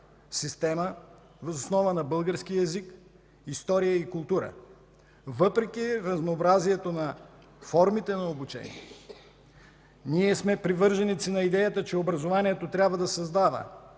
система, въз основа на българския език, история и култура. Въпреки разнообразието на формите на обучение, ние сме привърженици на идеята, че образованието трябва да създава